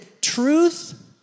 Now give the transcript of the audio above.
truth